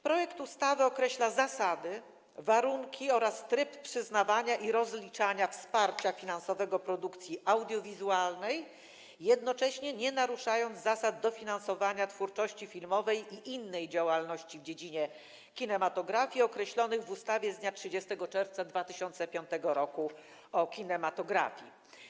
Projekt ustawy określa zasady, warunki oraz tryb przyznawania i rozliczania wsparcia finansowego produkcji audiowizualnej, jednocześnie nie naruszając zasad dofinansowania twórczości filmowej i innej działalności w dziedzinie kinematografii określonych w ustawie z dnia 30 czerwca 2005 r. o kinematografii.